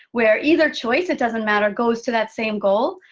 where either choice, it doesn't matter, goes to that same goal.